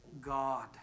God